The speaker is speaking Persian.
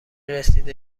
رسید